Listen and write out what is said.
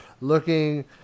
looking